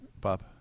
Bob